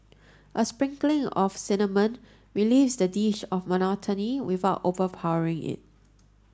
a sprinkling of cinnamon relieves the dish of monotony without overpowering it